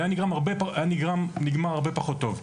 זה היה נגמר הרבה פחות טוב.